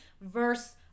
verse